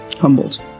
Humbled